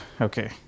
okay